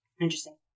Interesting